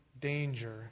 danger